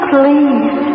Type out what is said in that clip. Please